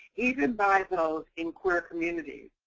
even by those in queer community.